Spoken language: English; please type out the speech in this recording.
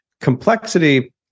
complexity